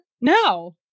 No